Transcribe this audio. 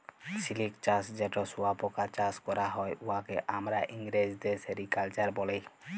সিলিক চাষ যেট শুঁয়াপকা চাষ ক্যরা হ্যয়, উয়াকে আমরা ইংরেজিতে সেরিকালচার ব্যলি